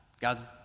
God's